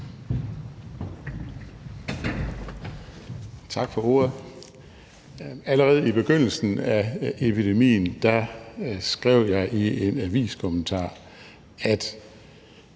Tak for ordet. Allerede i begyndelsen af epidemien skrev jeg i en aviskommentar, at